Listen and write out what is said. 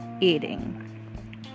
eating